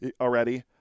already